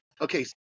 Okay